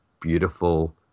beautiful